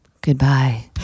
Goodbye